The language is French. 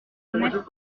renaître